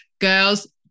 girls